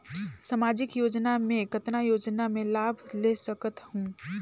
समाजिक योजना मे कतना योजना मे लाभ ले सकत हूं?